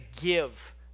give